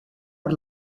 per